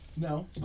No